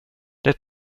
det